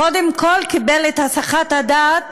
קודם כול הוא קיבל את הסחת הדעת